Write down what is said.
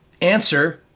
answer